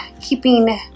keeping